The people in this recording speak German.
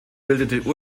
bildete